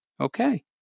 Okay